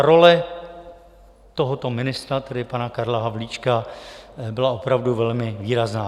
Role tohoto ministra, tedy pana Karla Havlíčka, byla opravdu velmi výrazná.